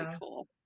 cool